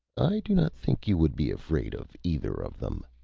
i do not think you would be afraid of either of them.